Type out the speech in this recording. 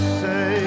say